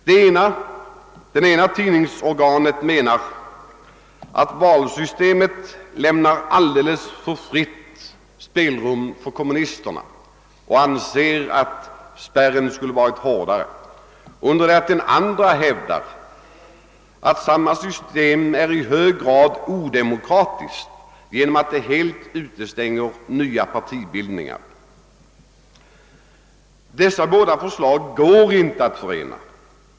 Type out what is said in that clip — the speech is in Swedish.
Den ena tidningen menar att valsystemet lämnar alldeles för fritt spelrum för kommunisterna och anser att spärren skulle varit hårdare, under det att den andra hävdar att systemet är i hög grad odemokratiskt eftersom det helt utestänger nya partibildningar. Dessa båda tidningars förslag till ändringar går inte att förena.